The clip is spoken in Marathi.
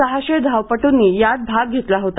सहाशे धावपट्रंनी यात भाग घेतला होता